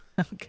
Okay